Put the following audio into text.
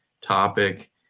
topic